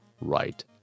right